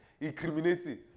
incriminating